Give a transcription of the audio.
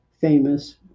famous